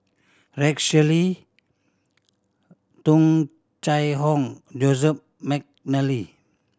Rex Shelley Tung Chye Hong Joseph McNally